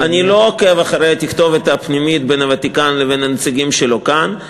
אני לא עוקב אחרי התכתובת הפנימית בין הוותיקן לבין הנציגים שלו כאן.